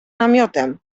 namiotem